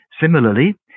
Similarly